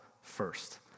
first